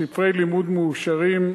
(ספרי לימוד מאושרים),